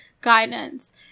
guidance